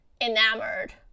enamored